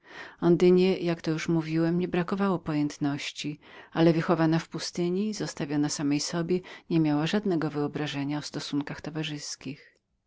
ondynie jak to już mówiłem nie brakowało na pojętności ale wychowana w pustyni zostawiona samej sobie nie miała żadnego wyobrażenia o stosunkach towarzyskich